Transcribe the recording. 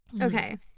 Okay